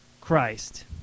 Christ